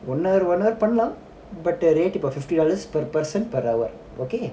one hour one hour பண்ணலாம்:pannalam but the rate about fifty dollars per person per hour okay